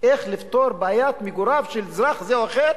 איך לפתור את בעיית מגוריו של אזרח זה או אחר?